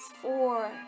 four